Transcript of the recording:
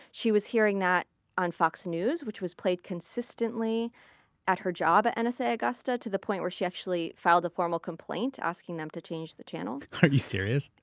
she was hearing that on fox news, which was played consistently at her job at and nsa augusta, to the point where she actually filed a formal complaint asking them to change the channel. are you serious?